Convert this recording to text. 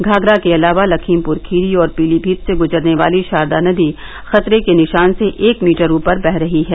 घाघरा के अलावा लखीमपुर खीरी और पीलीभीत से गुजरने वाली शारदा नदी खतरे के निशान से एक मीटर ऊपर बह रही है